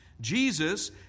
Jesus